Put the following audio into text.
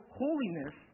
holiness